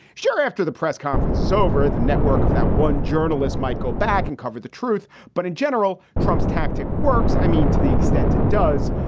sure. after the press conference is over, the network of that one journalist might go back and cover the truth. but in general, trump's tactic works. i mean, to the extent it does,